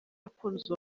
yakunze